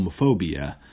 homophobia